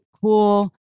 cool